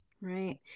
Right